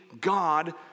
God